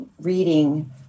reading